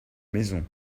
maison